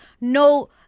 no